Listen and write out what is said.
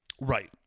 Right